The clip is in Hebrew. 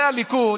הרי הליכוד,